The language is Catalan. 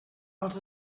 els